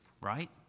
Right